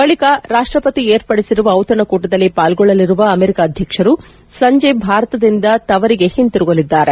ಬಳಿಕ ರಾಷ್ಟಪತಿ ಏರ್ಪಡಿಸಿರುವ ಔತಣಕೂಟದಲ್ಲಿ ಪಾಲ್ಗೊಳ್ಳಲಿರುವ ಅಮೆರಿಕ ಅಧ್ಯಕ್ಷರು ಸಂಜೆ ಭಾರತದಿಂದ ತವರಿಗೆ ಹಿಂತಿರುಗಲಿದ್ದಾರೆ